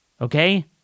Okay